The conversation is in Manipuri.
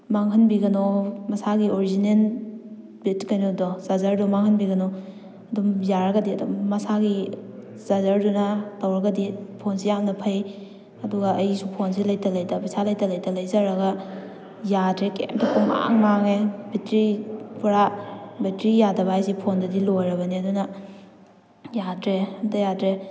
ꯃꯥꯡꯍꯟꯕꯤꯒꯅꯣ ꯃꯁꯥꯒꯤ ꯑꯣꯔꯤꯖꯤꯅꯦꯟ ꯀꯩꯅꯣꯗꯣ ꯆꯥꯔꯖꯔꯗꯣ ꯃꯥꯡꯍꯟꯕꯤꯒꯅꯣ ꯑꯗꯨꯝ ꯌꯥꯔꯒꯗꯤ ꯑꯗꯨꯝ ꯃꯁꯥꯒꯤ ꯆꯥꯔꯖꯔꯗꯨꯅ ꯇꯧꯔꯒꯗꯤ ꯐꯣꯟꯁꯦ ꯌꯥꯝꯅ ꯐꯩ ꯑꯗꯨꯒ ꯑꯩꯁꯨ ꯐꯣꯟꯁꯤ ꯂꯩꯇ ꯂꯩꯇ ꯄꯩꯁꯥ ꯂꯩꯇ ꯂꯩꯇ ꯂꯩꯖꯔꯒ ꯌꯥꯗ꯭ꯔꯦ ꯀꯔꯤꯝꯇ ꯄꯨꯡꯃꯥꯡ ꯃꯥꯡꯉꯦ ꯕꯦꯠꯇꯔꯤ ꯄꯨꯔꯥ ꯕꯦꯠꯇꯔꯤ ꯌꯥꯗꯕ ꯍꯥꯏꯕꯁꯤ ꯐꯣꯟꯗꯗꯤ ꯂꯣꯏꯔꯕꯅꯤ ꯑꯗꯨꯅ ꯌꯥꯗ꯭ꯔꯦ ꯑꯝꯇ ꯌꯥꯗ꯭ꯔꯦ